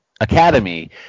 academy